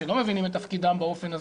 שלא מבינים את תפקידם באופן הזה,